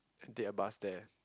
take a bus there